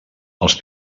els